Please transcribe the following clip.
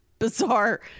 bizarre